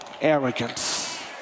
arrogance